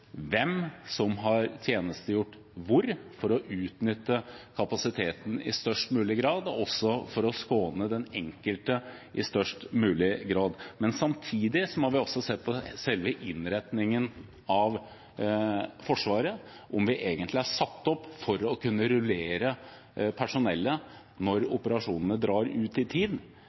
hvem som har tjenestegjort hvor – for å utnytte kapasiteten i størst mulig grad og for å skåne den enkelte i størst mulig grad. Samtidig må man se på selve innretningen av Forsvaret – om det egentlig er satt opp for å kunne rullere personellet når operasjonene drar ut i tid.